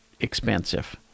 expensive